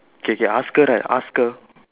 K K ask her right ask her